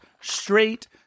straight